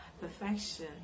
Perfection